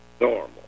normal